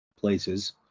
places